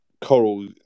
Coral